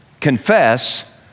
Confess